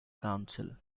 council